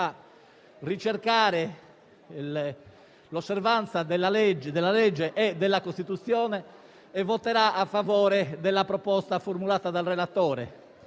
ricercare l'osservanza della legge e della Costituzione e voterà a favore della proposta formulata dal relatore.